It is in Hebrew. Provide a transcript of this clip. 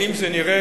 האם זה נראה?